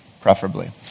preferably